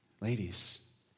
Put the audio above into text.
ladies